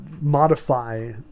modify